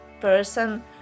person